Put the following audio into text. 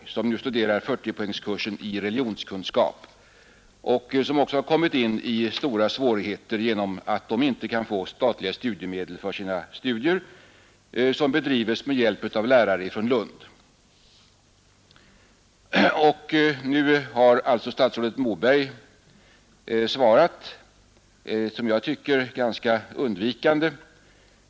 De som nu studerar 40-poängskursen i religionskunskap har också kommit in i stora svärigheter genom att de inte kan få statliga studiemedel för sina studier, vilka bedrives med hjälp av iärare från Lund. Nu har alltså statsrådet Moberg svarat, som jag tycker ganska undvikande.